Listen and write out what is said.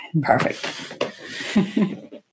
Perfect